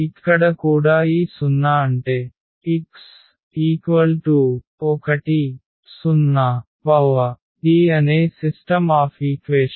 ఇక్కడ కూడా ఈ 0 అంటే x10T అనే సిస్టమ్ ఆఫ్ ఈక్వేషన్